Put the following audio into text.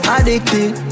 Addicted